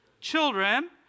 Children